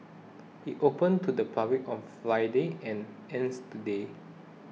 it opened to the public on Friday and ends today